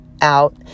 out